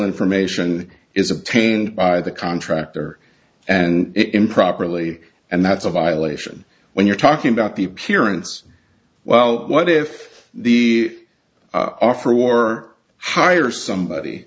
information is obtained by the contractor and it improperly and that's a violation when you're talking about the pierrots well what if the are for a war hire somebody